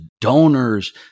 donors